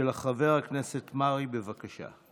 של חבר הכנסת מרעי, בבקשה.